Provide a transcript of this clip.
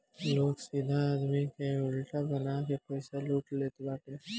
लोग सीधा आदमी के उल्लू बनाई के पईसा लूट लेत बाटे